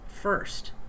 first